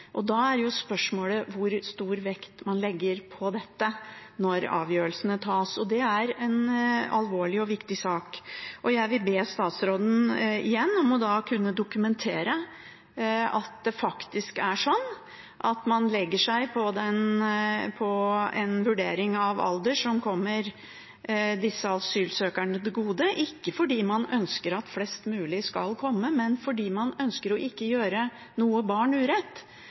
alvorlig. Da er spørsmålet hvor stor vekt man legger på dette når avgjørelsene tas, og det er en alvorlig og viktig sak. Jeg vil igjen be statsråden om å dokumentere at det faktisk er sånn at man legger seg på en vurdering av alder som kommer disse asylsøkerne til gode – ikke fordi man ønsker at flest mulig skal komme, men fordi man ønsker ikke å gjøre noe barn urett.